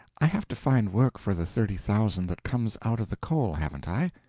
i have to find work for the thirty thousand that comes out of the coal, haven't i?